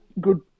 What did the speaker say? Good